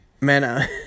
Man